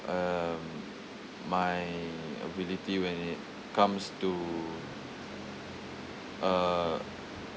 um my ability when it comes to uh